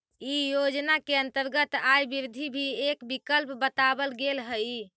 इ योजना के अंतर्गत आय वृद्धि भी एक विकल्प बतावल गेल हई